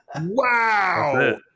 Wow